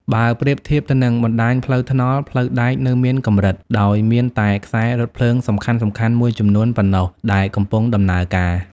បើប្រៀបធៀបទៅនឹងបណ្តាញផ្លូវថ្នល់ ផ្លូវដែកនៅមានកម្រិត ដោយមានតែខ្សែរថភ្លើងសំខាន់ៗមួយចំនួនប៉ុណ្ណោះដែលកំពុងដំណើរការ។